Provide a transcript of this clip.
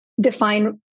define